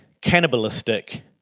cannibalistic